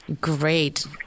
Great